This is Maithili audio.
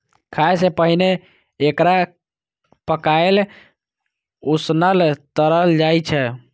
खाय सं पहिने एकरा पकाएल, उसनल, तरल जाइ छै